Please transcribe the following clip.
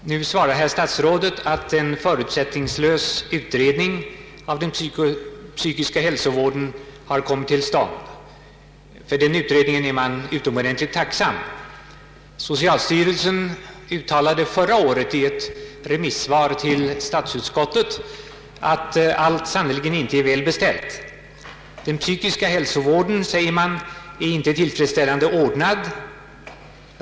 Nu svarar herr statsrådet att en förutsättningslös utredning av den psykiska hälsovården har kommit till stånd. För den utredningen är man utomordentligt tacksam. Socialstyrelsen uttalade förra året i ett remissvar till statsutskottet att allt sannerligen inte är väl beställt. Den psykiska hälsovården, sade man, är inte tillfredsställande ordnad.